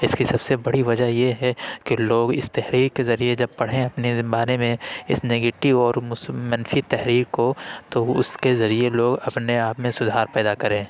اِس کی سب سے بڑی وجہ یہ ہے کہ لوگ اِس تحریر کے ذریعے جب پڑھیں اپنے بارے میں اِس نگیٹو اور منفی تحریر کو تو وہ اُس کے ذریعے لوگ اپنے آپ میں سدھار پیدا کریں